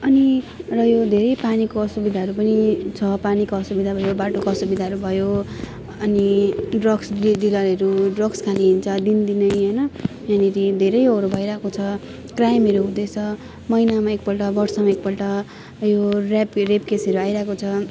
अनि अब यो धेरै पानीको असुविधाहरू पनि छ पानीको असुविधा भयो बाटोको असुविधाहरू भयो अनि ड्रग्स डि डिलरहरू ड्रग्स खाने हुन्छ दिनदिनै होइन यहाँनिर धेरै अरू भइरहेको छ क्राइमहरू हुँदैछ महिनामा एकपल्ट वर्षमा एकपल्ट यो रेप रेप केसहरू आइरहेको छ